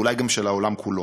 ואולי גם של העולם כולו.